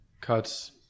cuts